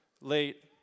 late